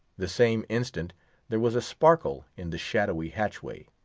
the same instant there was a sparkle in the shadowy hatchway,